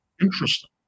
interesting